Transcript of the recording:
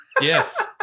Yes